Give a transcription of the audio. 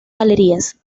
galerías